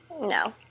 No